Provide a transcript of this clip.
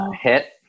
hit